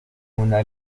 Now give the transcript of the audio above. una